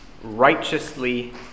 righteously